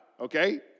okay